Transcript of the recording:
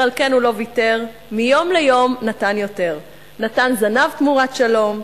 על כן הוא לא ויתר / מיום ליום נתן יותר.// נתן זנב תמורת שלום,